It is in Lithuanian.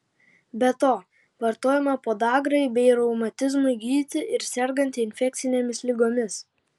be to vartojama podagrai bei reumatizmui gydyti ir sergant infekcinėmis ligomis